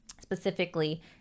specifically